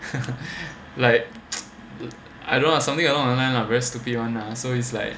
like I don't know ah something along the line very stupid [one] lah so it's like